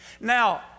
Now